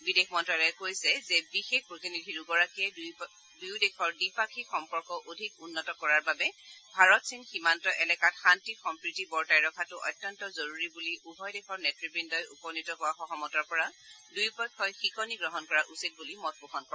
বিদেশ মন্ত্যালয়ে কৈছে যে বিশেষ প্ৰতিনিধি দুগৰাকীয়ে দুয়োদেশৰ দ্বিপাক্ষিক সম্পৰ্ক অধিক উন্নত কৰাৰ বাবে ভাৰত চীন সীমান্ত এলেকাত শান্তি সম্প্ৰীতি বৰ্তাই ৰখাতো অত্যন্ত জৰুৰী বুলি উভয় দেশৰ নেতবন্দই উপনীত হোৱা সহমতৰ পৰা দুয়োপক্ষই শিকনি গ্ৰহণ কৰা উচিত বুলি মত পোষণ কৰে